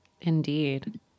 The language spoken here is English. Indeed